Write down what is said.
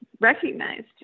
recognized